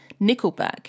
Nickelback